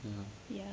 yup